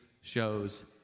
shows